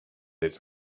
its